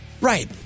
Right